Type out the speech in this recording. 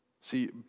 See